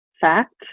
fact